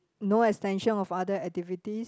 no extension of other activities